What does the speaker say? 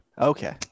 Okay